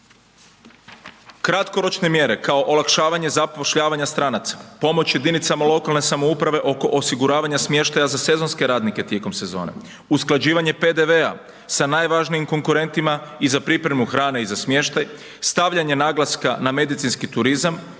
Kratkoročne mjere kao olakšavanje zapošljavanja stranaca, pomoć jedinicama lokalne samouprave oko osiguravanja smještaja za sezonske radnike tijekom sezone, usklađivanje PDV-a sa najvažnijim konkurentima i za pripremu hrane i za smještaj, stavljanje naglaska na medicinski turizam